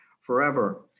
forever